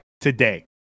today